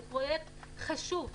זה פרויקט חשוב,